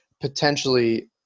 potentially